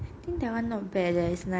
I think that one not bad eh it's nice